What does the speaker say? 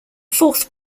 fourth